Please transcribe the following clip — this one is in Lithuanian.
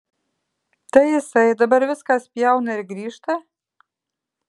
tai jisai dabar viską spjauna ir grįžta